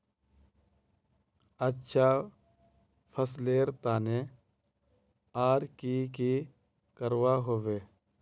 अच्छा फसलेर तने आर की की करवा होबे?